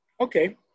okay